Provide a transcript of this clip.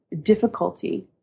difficulty